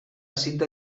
cinta